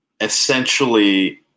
essentially –